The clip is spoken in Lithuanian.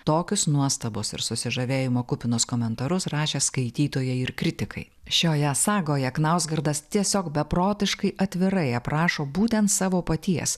tokius nuostabos ir susižavėjimo kupinus komentarus rašė skaitytojai ir kritikai šioje sagoje knauskardas tiesiog beprotiškai atvirai aprašo būtent savo paties